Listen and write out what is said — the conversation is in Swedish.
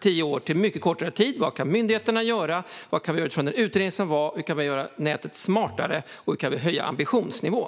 tio år till mycket kortare tid. Vad kan myndigheterna göra? Vad kan vi ta få ut av den utredning som gjordes? Hur kan man göra näten smartare? Hur kan vi höja ambitionsnivån?